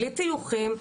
בלי טיוחים,